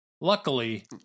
luckily